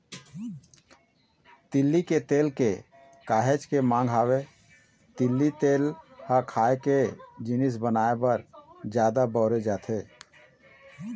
तिली के तेल के काहेच के मांग हवय, तिली तेल ह खाए के जिनिस बनाए बर जादा बउरे जाथे